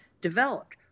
developed